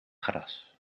gras